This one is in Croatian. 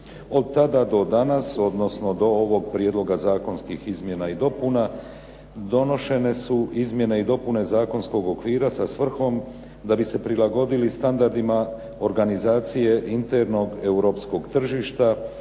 Od tada do danas, odnosno do ovog prijedloga zakonskih izmjena i dopuna donošene su izmjene i dopune zakonskog okvira sa svrhom da bi se prilagodili standardima organizacije internog europskog tržišta